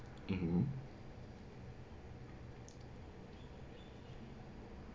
(uh huh)